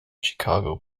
chicago